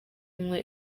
umwe